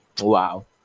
Wow